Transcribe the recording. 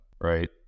right